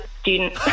student